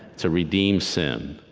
to redeem sin.